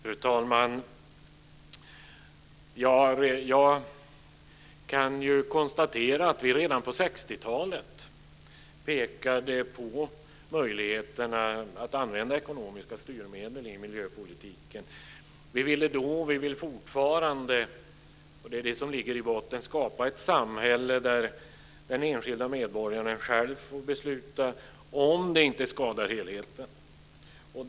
Fru talman! Jag kan konstatera att vi redan på 60 talet pekade på möjligheterna att använda ekonomiska styrmedel i miljöpolitiken. Vi ville då och vill fortfarande skapa ett samhälle där den enskilda medborgaren själv får besluta om det inte skadar helheten. Det är vad som ligger i botten.